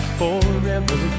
forever